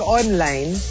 online